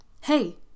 Hey